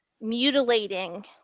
mutilating